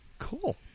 Cool